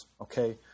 okay